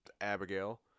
abigail